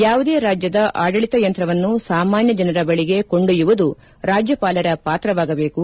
ಯಾವುದೇ ರಾಜ್ಯದ ಆಡಳಿತ ಯಂತ್ರವನ್ನು ಸಾಮಾನ್ಯ ಜನರ ಬಳಿಗೆ ಕೊಂಡೊಯ್ಲುವುದು ರಾಜ್ಯಪಾಲರ ಪಾತ್ರವಾಗಬೇಕು